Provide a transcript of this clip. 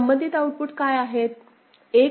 संबंधित आउटपुट काय आहेत